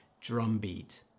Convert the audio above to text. drumbeat